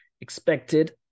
expected